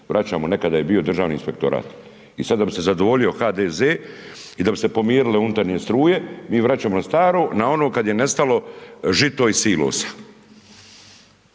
Vraćamo. Nekada je bio Državni inspektorat, i sad da bi se zadovoljio HDZ i da bi se pomirile unutarnje struje, mi vraćamo na staro, na ono kad je nestalo žito iz silosa.